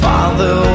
Father